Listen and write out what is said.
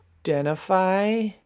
identify